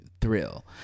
thrill